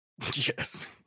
Yes